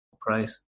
price